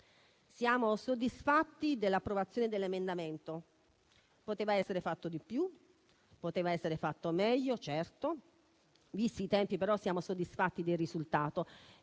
Siamo soddisfatti dell'approvazione dell'emendamento; poteva essere fatto di più; di certo poteva essere fatto meglio; visti i tempi, però, siamo soddisfatti del risultato.